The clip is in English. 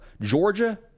Georgia